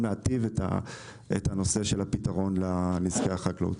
להיטיב את הנושא של הפתרון לנזקי החקלאות.